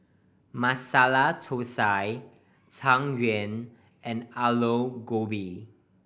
Masala Thosai Tang Yuen and Aloo Gobi